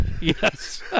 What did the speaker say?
Yes